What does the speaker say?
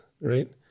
right